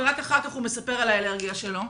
ורק אחר כך הוא מספר על האלרגיה שלו,